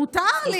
מותר.